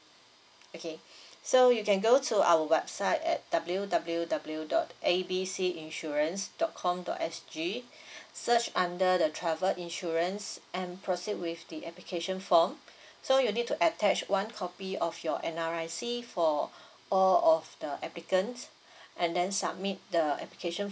okay so you can go to our website at W W W dot A B C insurance dot com dot S G search under the travel insurance and proceed with the application form so you need to attach one copy of your N_R_I_C for all of the applicants and then submit the application